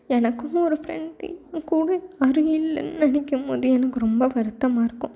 எனக்குனு ஒரு ஃப்ரெண்டு என்கூட யாரும் இல்லைன்னு நினைக்கும் போது எனக்கு ரொம்ப வருத்தமாயிருக்கும்